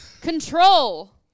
Control